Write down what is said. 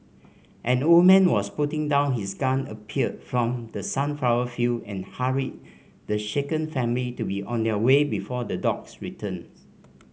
an old man was putting down his gun appeared from the sunflower field and hurried the shaken family to be on their way before the dogs return